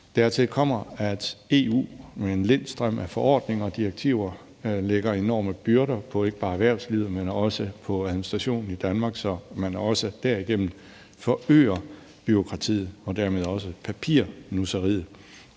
Dertil kommer, at EU med en lind strøm af forordninger og direktiver lægger enorme byrder på ikke bare erhvervslivet, men også på administrationen i Danmark, så man også derigennem forøger bureaukratiet og dermed også papirnusseriet,